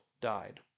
died